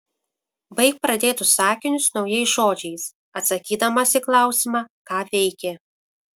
baik pradėtus sakinius naujais žodžiais atsakydamas į klausimą ką veikė